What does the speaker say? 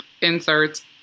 inserts